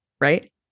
right